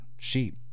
sheep